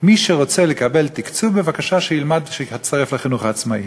מי שרוצה לקבל תקצוב, בבקשה שיצטרף לחינוך העצמאי.